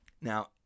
Now